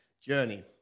journey